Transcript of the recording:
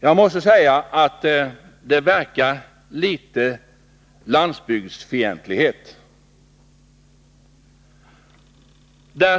Jag måste säga att det verkar litet landsbygdsfientligt.